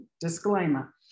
Disclaimer